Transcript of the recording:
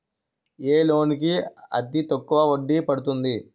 ఏ loan కి అతి తక్కువ వడ్డీ పడుతుంది?